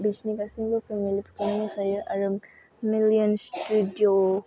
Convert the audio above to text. बिसिनि गासैमबो फेमेलिफोरानो मोसायो आरो मेलियन्स स्टुदिअ'